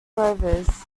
rovers